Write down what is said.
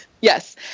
Yes